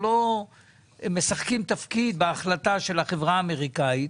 משחקים תפקיד בהחלטה של החברה האמריקנית,